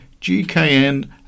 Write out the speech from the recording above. GKN